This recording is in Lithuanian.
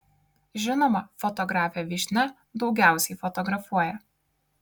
žinoma fotografė vyšnia daugiausiai fotografuoja